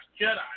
Jedi